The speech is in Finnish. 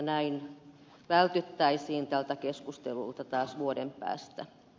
näin vältyttäisiin tältä keskustelulta taas vuoden päästä